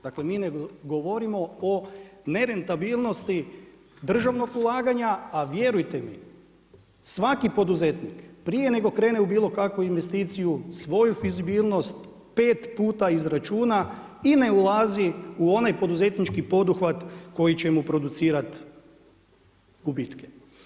Dakle, mi ne govorimo o nerentabilnosti državnog ulaganja a vjerujte mi, svaki poduzetnik prije nego krene u bilokakvu investiciju, svoju fizibilnost, 5 puta izračuna i ne ulazi u onaj poduzetnički poduhvat koji ćemo producirati gubitke.